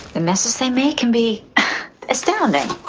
the messes they make can be astounding